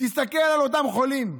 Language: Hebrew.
תסתכל על אותם חולים,